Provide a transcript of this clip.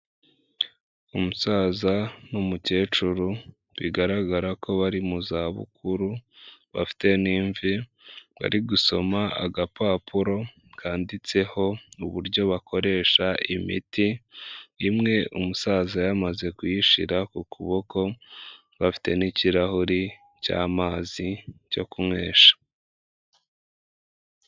Umusaza n'umukecuru bigaragara ko bari mu za bukuru bafite n'imvi bari gusoma agapapuro kanditseho uburyo bakoresha imiti, imwe umusaza yamaze kuyishira ku kuboko bafite n'kirahuri cy'amazi cyo kunywesha.